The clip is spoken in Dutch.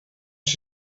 als